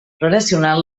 relacionant